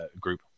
group